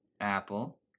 Apple